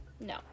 no